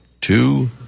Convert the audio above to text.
two